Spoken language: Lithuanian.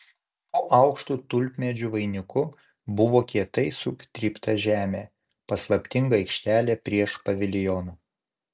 po aukštu tulpmedžių vainiku buvo kietai sutrypta žemė paslaptinga aikštelė prieš paviljoną